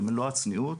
במלוא הצניעות,